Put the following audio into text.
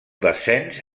descens